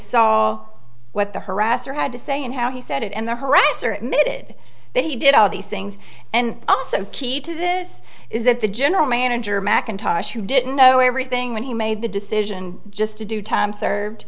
saw what the harasser had to say and how he said it and the harasser mid they did all these things and also key to this is that the general manager mackintosh who didn't know everything when he made the decision just to do time served